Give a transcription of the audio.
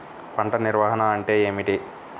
పంట నిర్వాహణ అంటే ఏమిటి?